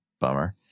Bummer